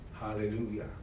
Hallelujah